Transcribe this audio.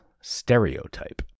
stereotype